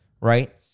right